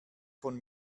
von